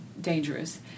dangerous